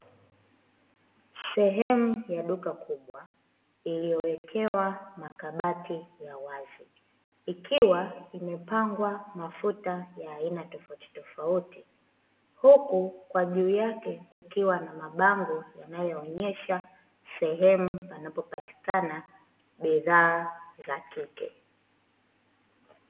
Sehemu ya duka kubwa iliyowekewa makabati ya wazi, ikiwa imepangwa mafuta ya aina tofautitofauti, huku kwa juu yake kukiwa na mabango yanayoonyesha sehemu panapopatikana bidhaa za kike.